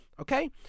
okay